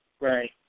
Right